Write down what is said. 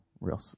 real